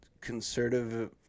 conservative